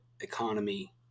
economy